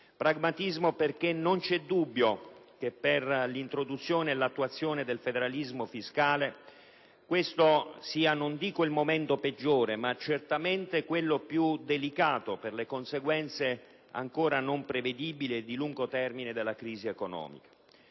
Pragmatismo, perché non c'è dubbio che per l'introduzione e l'attuazione del federalismo fiscale questo sia, se non il momento peggiore, certamente quello più delicato per le conseguenze ancora non prevedibili e di lungo termine della crisi economica.